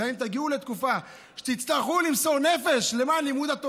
גם אם תגיעו לתקופה שתצטרכו למסור נפש למען לימוד התורה,